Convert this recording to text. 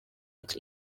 its